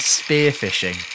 spearfishing